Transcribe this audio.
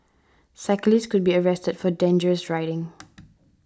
cyclist could be arrested for dangerous riding